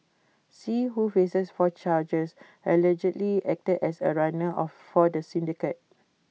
see who faces four charges allegedly acted as A runner of for the syndicate